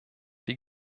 die